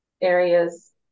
areas